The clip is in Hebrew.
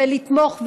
לתמוך,